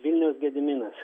vilniaus gediminas